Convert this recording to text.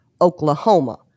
Oklahoma